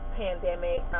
pandemic